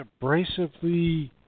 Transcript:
abrasively